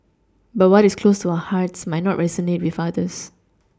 but what is close to our hearts might not resonate with others